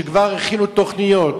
שכבר הכינו תוכניות,